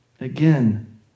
again